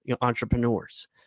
entrepreneurs